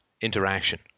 interaction